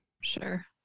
Sure